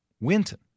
Winton